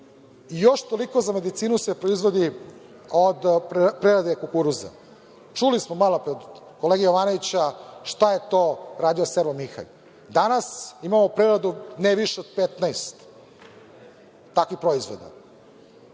još toliko za medicinu se proizvodi od prerade kukuruza. Čuli smo malopre od kolege Jovanovića šta je to radio „Servo Mihalj“. Danas imamo preradu ne više od 15 takvih proizvoda.